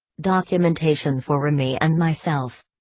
documentation for remy and myself.